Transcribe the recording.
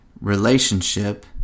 relationship